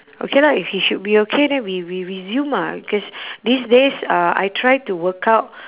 okay lah if he should be okay then we we resume ah cause these days uh I try to work out